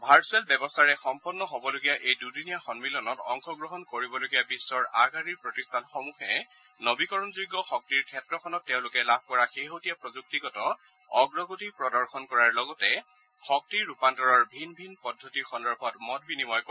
virtual ব্যৱস্থাৰে সম্পন্ন হ'বলগীয়া এই দুদিনীয়া সম্মিলনত অংশগ্ৰহণ কৰিবলগীয়া বিশ্বৰ আগশাৰীৰ প্ৰতিষ্ঠানসমূহে নবীকৰণযোগ্য শক্তিৰ ক্ষেত্ৰখনত তেওঁলোকে লাভ কৰা শেহতীয়া প্ৰযুক্তিগত অগ্ৰগতি প্ৰদৰ্শন কৰাৰ লগতে শক্তি ৰূপান্তৰৰ ভিন ভিন পদ্ধতি সন্দৰ্ভত মত বিনিময় কৰিব